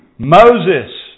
Moses